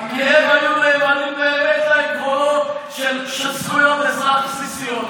כי הם היו נאמנים באמת לעקרונות של זכויות אזרח בסיסיות.